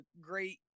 great